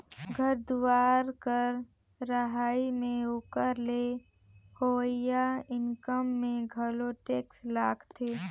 घर दुवार कर रहई में ओकर ले होवइया इनकम में घलो टेक्स लागथें